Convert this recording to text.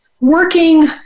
working